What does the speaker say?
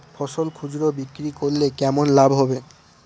ফসল খুচরো বিক্রি করলে কেমন লাভ হবে?